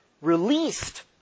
released